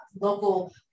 local